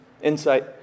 insight